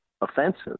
offensive